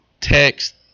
text